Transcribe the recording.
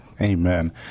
Amen